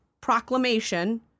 proclamation